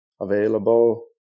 available